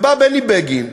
ובא בני בגין,